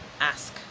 ask